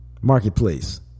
Marketplace